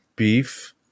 beef